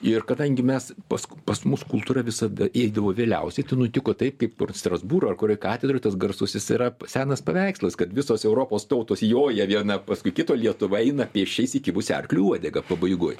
ir kadangi mes pask pas mus kultūra visada eidavo vėliausiai tai nutiko taip kaip per strasbūrą ar kurioj katedroj tas garsusis yra senas paveikslas kad visos europos tautos joja viena paskui kitą lietuva eina pėsčia įsikibusi į arklio uodegą pabaigoj